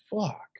fuck